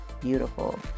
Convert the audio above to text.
beautiful